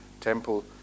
temple